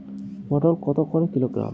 পটল কত করে কিলোগ্রাম?